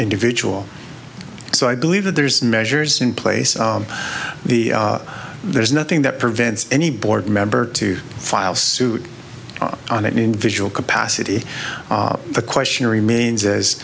individual so i believe that there's measures in place the there's nothing that prevents any board member to file suit on an individual capacity the question